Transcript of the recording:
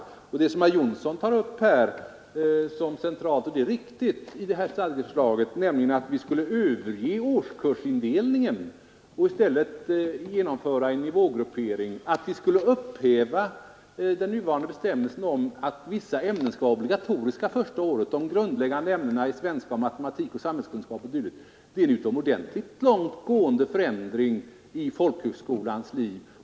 Herr Jonsson i Alingsås anger här som centralt i förslaget till en ny stadga, att årskursindelningen skulle överges och i stället en nivågruppering införas och att vi skulle upphäva den nuvarande bestämmelsen om att vissa ämnen skall vara obligatoriska första året, nämligen de grundläggande ämnena svenska, matematik, samhällskunskap o.d. Allt detta innebär en utomordentligt långtgående förändring i folkhögskolans liv.